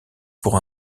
pour